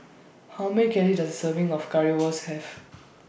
How Many Calories Does A Serving of Currywurst Have